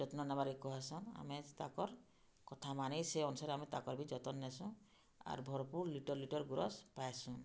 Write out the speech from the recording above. ଯତ୍ନ ନେବାର୍କେ କହେସନ୍ ଆମେ ତାକର୍ କଥା ମାନି ସେ ଅନୁସାରେ ଆମେ ତାକର୍ ବି ଯତନ୍ ନେସୁଁ ଆର୍ ଭର୍ପୁର୍ ଲିଟର୍ ଲିଟର୍ ଗୁରସ୍ ପାଏସୁଁ